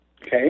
Okay